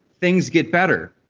things get better.